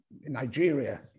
Nigeria